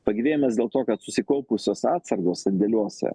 pagyvėjimas dėl to kad susikaupusios atsargos sandėliuose